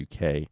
UK